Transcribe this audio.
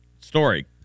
story